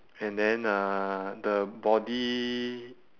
and then uh the body